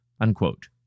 Unquote